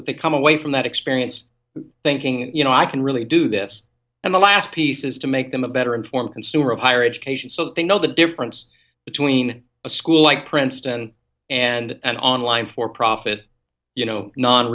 that they come away from that experience thinking you know i can really do this and the last piece is to make them a better informed consumer of higher education so they know the difference between a school like princeton and an online for profit you know no